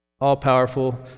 all-powerful